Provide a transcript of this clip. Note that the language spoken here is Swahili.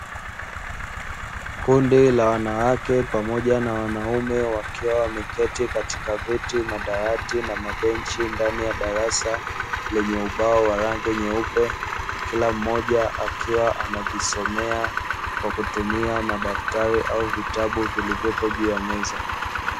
Kundi la wanawake pamoja na wanaume wakiwa wameketi katika viti, madawati na mabenchi ndani ya darasa lenye ubao wa rangi yeupe kila mmoja akiwa anajisomea kwa kutumia madaftari au vitabu vilivyopo juu ya meza.